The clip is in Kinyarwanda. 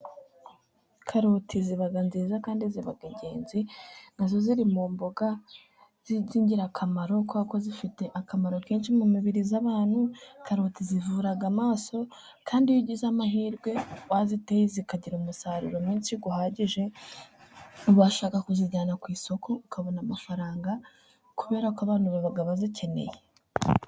Karoti ziba nziza, kandi ziba ingenzi nazo ziri mu mboga, z'iby'ingirakamaro kuko zifite akamaro kenshi mu mibiri y'abantu, karoti zivura amaso, kandi iyo ugize amahirwe waziteye zikagira umusaruro mwinshi uhagije, ubashaka kuzijyana ku isoko, ukabona amafaranga kubera ko abantu baba bazikeneye.